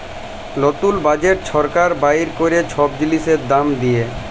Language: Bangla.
লতুল বাজেট ছরকার বাইর ক্যরে ছব জিলিসের দাম দিঁয়ে